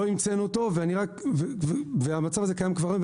אני אומר שלא המצאנו אותו והמצב הזה קיים כבר היום.